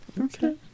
Okay